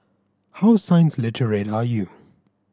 how science literate are you